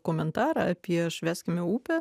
komentarą apie švęskime upę